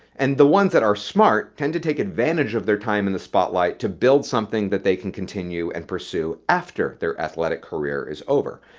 and the one's that are smart tend to take advantage of their time in the spotlight to build something they can continue and pursue after their athletic career is over.